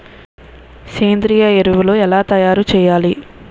సేంద్రీయ ఎరువులు ఎలా తయారు చేయాలి?